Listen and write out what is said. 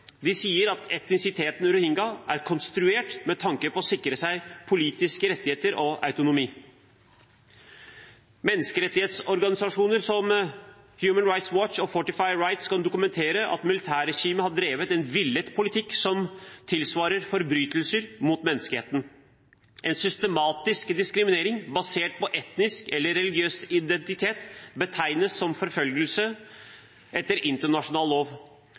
De sier at etnisiteten «rohingya» er konstruert med tanke på å sikre politiske rettigheter og autonomi. Menneskerettighetsorganisasjoner som Human Rights Watch og Fortify Rights kan dokumentere at militærregimet har drevet en villet politikk som tilsvarer forbrytelser mot menneskeheten. En systematisk diskriminering basert på etnisk eller religiøs identitet betegnes som forfølgelse etter internasjonal lov.